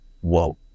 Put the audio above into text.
whoa